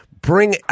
bring